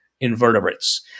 invertebrates